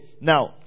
Now